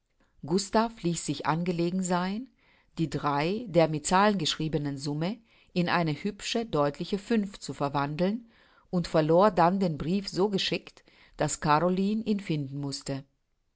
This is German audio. gustav ließ sich angelegen sein die drei der mit zahlen geschriebenen summe in eine hübsche deutliche fünf zu verwandeln und verlor dann den brief so geschickt daß caroline ihn finden mußte